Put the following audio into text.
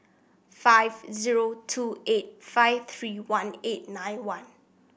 five zero two eight five three one eight nine one